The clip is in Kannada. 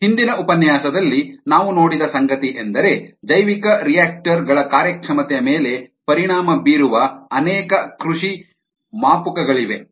ಹಿಂದಿನ ಉಪನ್ಯಾಸದಲ್ಲಿ ನಾವು ನೋಡಿದ ಸಂಗತಿಯೆಂದರೆ ಜೈವಿಕರಿಯಾಕ್ಟರ್ ಗಳ ಕಾರ್ಯಕ್ಷಮತೆಯ ಮೇಲೆ ಪರಿಣಾಮ ಬೀರುವ ಅನೇಕ ಕೃಷಿ ಮಾರ್ಪುಕ ಗಳಿವೆ